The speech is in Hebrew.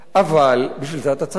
אבל בשביל זה אתה צריך את המנגנון.